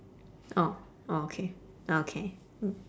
oh okay oh okay mm